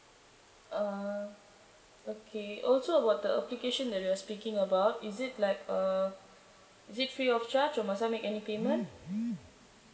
uh okay also about the application that you're speaking about is it like uh is it free of charge or must I make any payment